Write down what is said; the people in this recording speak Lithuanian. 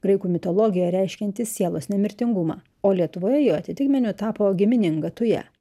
graikų mitologijoj reiškiantis sielos nemirtingumą o lietuvoje jo atitikmeniu tapo gimininga tuja